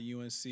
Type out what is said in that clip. UNC